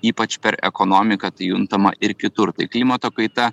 ypač per ekonomiką tai juntama ir kitur tai klimato kaita